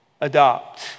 adopt